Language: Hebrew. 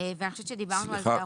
ואני חושבת שדיברנו על זה ארוכות.